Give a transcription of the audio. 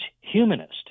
humanist